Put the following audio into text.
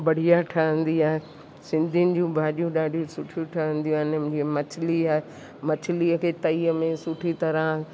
बढ़िया ठहिंदी आहे सिंधीयुनि जूं भाॼियूं ॾाढियूं सुठियूं ठहिंदियूं आहिनि मछिली आहे मछिलीअ खे तईअ में सुठी तरह